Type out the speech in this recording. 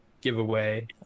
giveaway